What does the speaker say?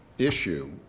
Issue